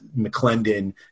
McClendon